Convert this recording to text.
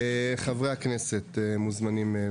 חברי הכנסת מוזמנים,